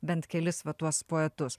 bent kelis va tuos poetus